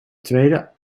tweede